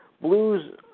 Blues